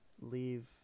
leave